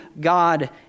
God